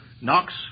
Knox